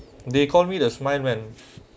the economy does mind when